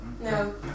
No